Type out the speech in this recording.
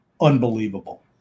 unbelievable